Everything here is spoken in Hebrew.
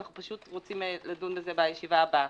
אנחנו פשוט רוצים לדון בזה בישיבה הבאה.